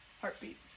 heartbeat